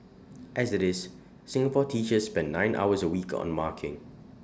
as IT is Singapore teachers spend nine hours A week on marking